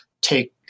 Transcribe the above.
take